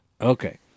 Okay